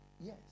Yes